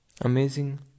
Amazing